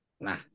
Nah